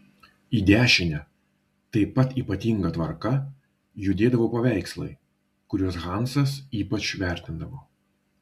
į dešinę taip pat ypatinga tvarka judėdavo paveikslai kuriuos hansas ypač vertindavo